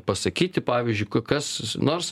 pasakyti pavyzdžiu kas nors